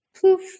poof